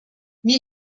wie